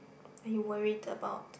are you worried about